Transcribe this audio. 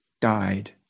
died